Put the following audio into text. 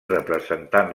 representant